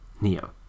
Neo